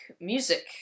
music